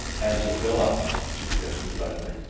as it will us, suggested bradley.